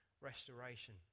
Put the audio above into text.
restoration